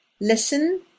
Listen